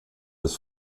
des